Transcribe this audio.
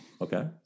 Okay